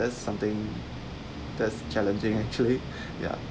that's something that's challenging actually ya